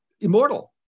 immortal